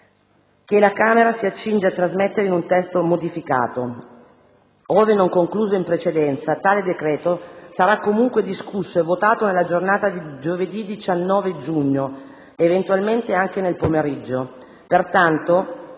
che la Camera si accinge a trasmettere in un testo modificato. Ove non concluso in precedenza, tale decreto sarà comunque discusso e votato nella giornata di giovedì 19 giugno, eventualmente anche nel pomeriggio. Pertanto,